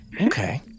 Okay